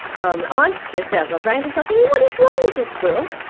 um i'm stressed out of my brain because i'm thinking, what is wrong with this girl?